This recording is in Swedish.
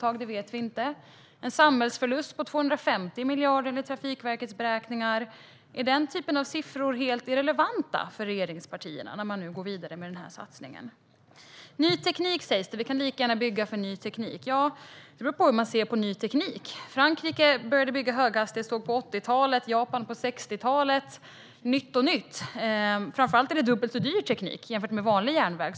Trafikverket beräknar en samhällsförlust på 250 miljarder. Är den typen av siffror helt irrelevanta för regeringspartierna när man nu går vidare med den här satsningen? Vi kan lika gärna bygga för ny teknik, sägs det. Det beror på hur man ser på ny teknik. Frankrike började bygga höghastighetståg på 80-talet och Japan på 60-talet - nytt och nytt. Framför allt är det dubbel så dyr teknik jämfört med vanlig järnväg.